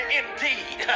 indeed